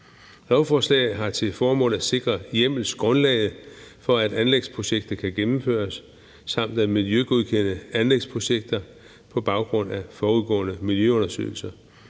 Lovforslaget har til formål at sikre hjemmelsgrundlaget for, at anlægsprojektet kan gennemføres, samt at miljøgodkende anlægsprojekter på baggrund af forudgående miljøundersøgelser.